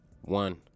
one